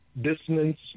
dissonance